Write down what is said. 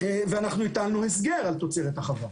ואנחנו הטלנו הסגר על תוצרת החווה.